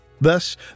Thus